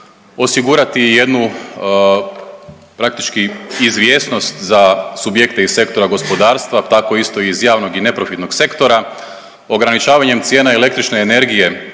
osigurati i jednu praktički izvjesnost za subjekte iz sektora gospodarstva, tako isto iz javnog i neprofitnog sektora ograničavanjem cijena električne energije